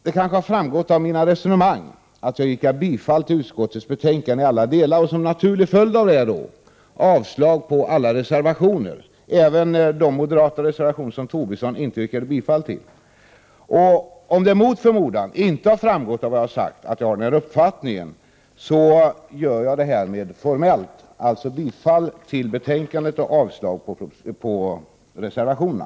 Det kanske har framgått av mina resonemang att jag yrkar bifall till utskottets hemställan i alla delar och som en naturlig följd därav avslag på alla reservationer, även de moderata reservationer som Lars Tobisson inte yrkade bifall till. Om det mot förmodan inte har gjort det, så gör jag det härmed formellt: alltså bifalltill utskottets hemställan och avslag på reservationerna.